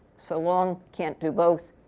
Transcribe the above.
so long, can't do both.